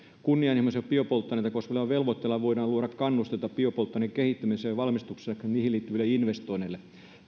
kunnianhimoisilla biopolttoaineita koskevilla velvoitteilla voidaan luoda kannusteita biopolttoaineiden kehittämiselle valmistukselle taikka niihin liittyville investoinneille